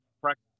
practice